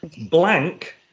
Blank